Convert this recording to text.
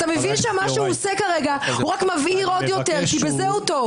אתה מבין שמה שהוא עושה להבעיר עוד יותר כי בזה הוא טוב,